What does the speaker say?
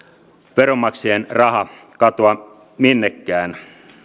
veronmaksajien raha katoa minnekään